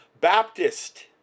Baptist